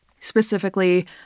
specifically